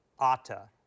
Atta